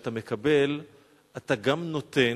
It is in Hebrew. כשאתה מקבל אתה גם נותן,